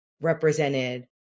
represented